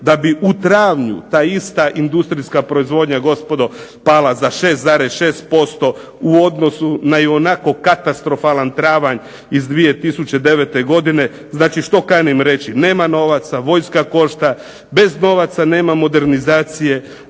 da bi u travnju ta ista industrijska proizvodnja gospodo pala za 6,6% u odnosu na ionako katastrofalan travanj iz 2009. godine. Znači što kanim reći? Nema novaca, vojska košta, bez novaca nema modernizacije,